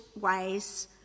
ways